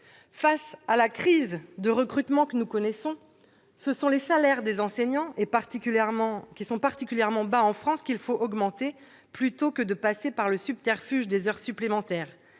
Face à la crise de recrutement que nous connaissons, ce sont les salaires des enseignants, particulièrement bas en France, qu'il faut augmenter, plutôt que de passer par le subterfuge des heures supplémentaires.